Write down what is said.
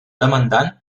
demandant